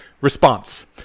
Response